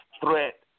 threat